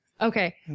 Okay